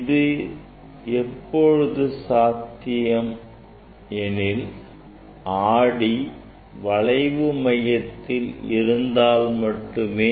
இது எப்பொழுது சாத்தியம் எனில் ஆடி வளைவு மையத்தில் இருந்தால் மட்டுமே